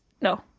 No